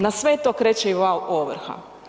Na sve to kreće i val ovrha.